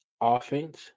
offense